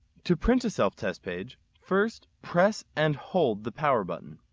to print a self test page first press and hold the power button.